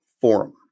forum